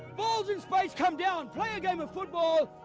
balls in space come down. play a game of football,